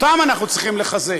אותם אנחנו צריכים לחזק.